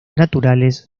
naturales